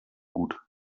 gut